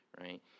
right